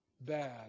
bad